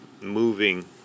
moving